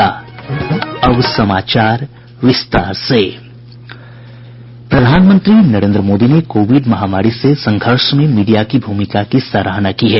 प्रधानमंत्री नरेन्द्र मोदी ने कोविड महामारी से संघर्ष में मीडिया की भूमिका की सराहना की है